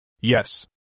Yes